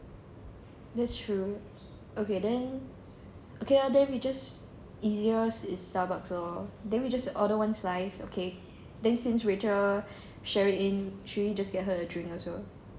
that's true okay then okay lah then we just easiest is starbucks lor then we just order one slice okay then since rachel share it in three just get her a drink also